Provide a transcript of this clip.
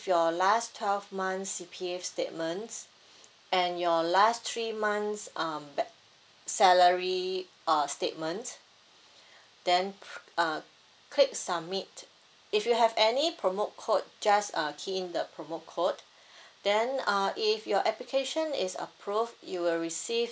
your last twelve months C_P_F statements and your last three months um ba~ salary uh statement then uh click submit if you have any promo code just uh key in the promo code then uh if your application is approved you will receive